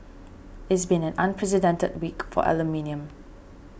it's been an unprecedented week for aluminium